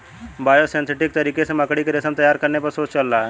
biosynthetic तरीके से मकड़ी के रेशम तैयार करने पर शोध चल रहा है